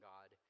God